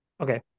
Okay